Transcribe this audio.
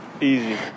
Easy